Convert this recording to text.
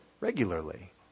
regularly